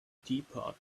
teapot